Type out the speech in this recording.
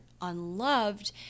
unloved